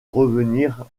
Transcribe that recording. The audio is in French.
revenir